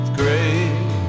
great